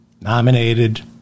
nominated